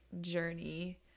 journey